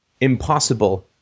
impossible